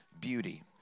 beauty